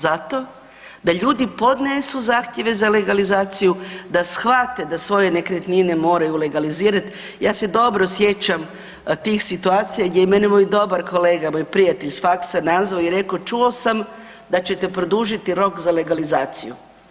Zato da ljudi podnesu zahtjeve za legalizaciju, da shvate da svoje nekretnine moraju legalizirati, ja se dobro sjećam tih situacija gdje je mene moj dobar kolega, moj prijatelj sa faksa nazvao i reko čuo sam da ćete produžiti rok za legalizaciju.